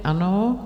Ano.